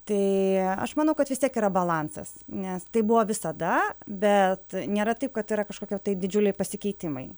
tai aš manau kad vis tiek yra balansas nes taip buvo visada bet nėra taip kad yra kažkokie tai didžiuliai pasikeitimai